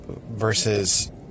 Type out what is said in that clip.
versus